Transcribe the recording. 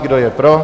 Kdo je pro?